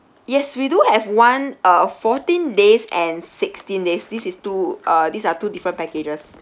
yes we do have one uh fourteen days and sixteen days this is two uh these are two different packages